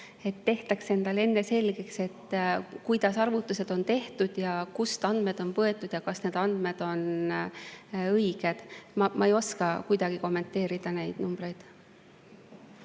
tehtaks endale enne selgeks, kuidas arvutused on tehtud, kust andmed on võetud ja kas need andmed on õiged. Ma ei oska kuidagi kommenteerida neid numbreid.